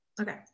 Okay